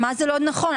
מה זה לא נכון?